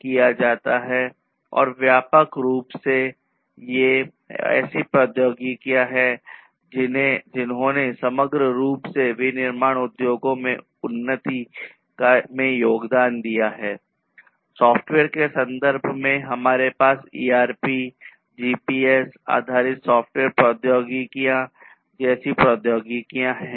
In terms of software we have technologies such as ERP the GPS based software technologies GPS itself is hardware but the GPS based software technologies and like this there are many other software technologies that have emerged and contributed to the advancement of manufacturing industries software के संदर्भ में हमारे पास ERP आधारित software प्रौद्योगिकियों जैसी प्रौद्योगिकियां हैं